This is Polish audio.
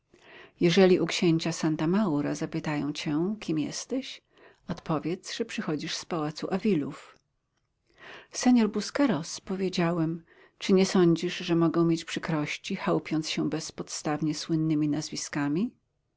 jeżeli u księcia santa maura zapytają cię kim jesteś odpowiedz że przychodzisz z pałacu avilów senor busqueros powiedziałem czy nie sądzisz że mogę mieć przykrości chełpiąc się bezpodstawnie słynnymi nazwiskami